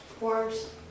Worms